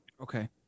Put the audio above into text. Okay